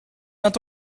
nad